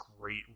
great